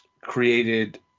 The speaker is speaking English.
created